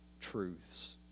truths